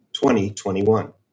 2021